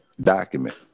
document